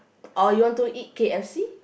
or you want to eat K_F_C